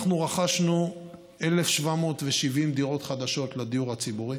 אנחנו רכשנו 1,770 דירות חדשות לדיור הציבורי.